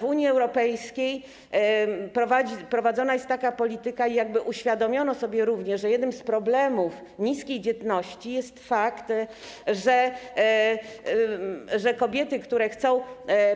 W Unii Europejskiej prowadzona jest taka polityka i uświadomiono sobie, że jednym z problemów niskiej dzietności jest fakt, że kobiety, które chcą